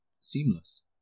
seamless